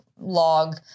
log